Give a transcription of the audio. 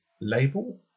Label